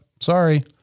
Sorry